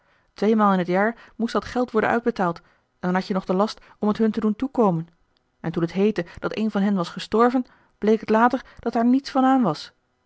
tweemaal in t jaar moest dat geld worden uitbetaald en dan hadt je nog den last om t hun te doen toekomen en toen t heette dat een van hen was gestorven bleek het later dat daar niets van aan was